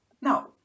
Now